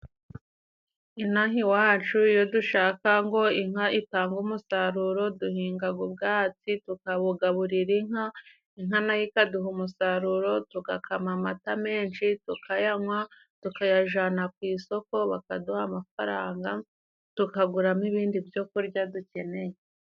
Ino aha iwacu iyo dushaka ngo inka itange umusaruro, duhingaga ubwatsi tukabugaburira inka, inka nayo ikaduha umusaruro. Tugakama amata menshi tukayanywa, tukayajana ku isoko bakaduha amafaranga, tukaguramo ibindi byo kurya dukeneye.